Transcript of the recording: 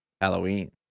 Halloween